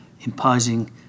imposing